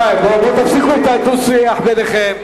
רבותי, תפסיקו את הדו-שיח ביניכם.